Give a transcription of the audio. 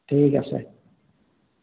ঠিক আছে